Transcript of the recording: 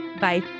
Bye